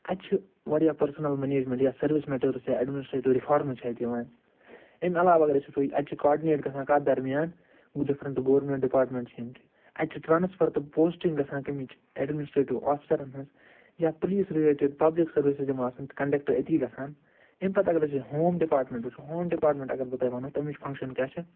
اَتہِ چھِ وارِیاہ پٔرسنل منیجمٮ۪نٛٹ یا سٔروِس میٹٲرٕس یا ایڈمنسٹریٚٹیٛوٗ رِفارمٕز چھِ اَتہِ یِوان اَمہِ علاو اگر أسۍ وُچھو اتہِ چھِ کاڈنیٹ گَژھان کَتھ درمِیان یِم ڈِفرنٛٹہٕ گورمِنٛٹ ڈِپارٹمٮ۪نٛٹ چھِ یِم چھِ اَتہِ چھِ ٹرٛانٕسفر تہٕ پوسٹِنٛگ گَژھان کٔمِچ ایڈمِنسٹریٚٹیٛوٗ آفسرَن ہٕنٛز یا پُلیٖس رِلیٚٹڈ پبلِک سٔروِسِز یِم آسان چھِ کنٛڈکٹہٕ أتی گَژھان اَمہِ پتہٕ اگر أسۍ ہوم ڈِپارٹمٮ۪نٛٹ وُچھو ہوم ڈِپارمٮ۪نٛٹ اگر بہٕ تۄہہِ وَنہو تَمِچ فنگشن کیٛاہ چھِ